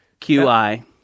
QI